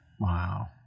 Wow